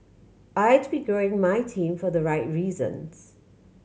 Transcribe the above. I'd be growing my team for the right reasons